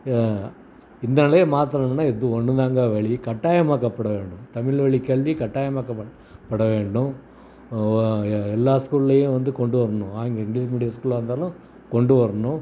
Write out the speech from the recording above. இதை இந்த நிலைய மாற்றணும்ன்னா இது ஒன்றுதாங்க வழி கட்டாயமாக்கப்பட வேண்டும் தமிழ் வழி கல்வி கட்டாயமாக்கப்பட படவேண்டும் எல்லா ஸ்கூல்லேயும் வந்து கொண்டு வரணும் ஆங் இங்கிலீஸ் மீடியம் ஸ்கூலாக இருந்தாலும் கொண்டு வரணும்